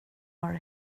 har